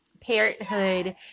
parenthood